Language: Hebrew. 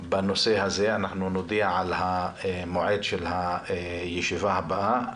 בנושא הזה, נודיע על המועד של הישיבה הבאה.